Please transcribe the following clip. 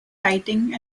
writing